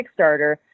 Kickstarter